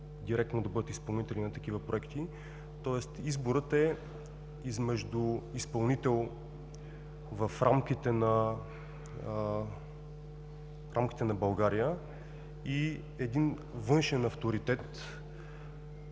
директно да бъдат изпълнители на такива проекти, тоест изборът е измежду изпълнител в рамките на България и един външен авторитет,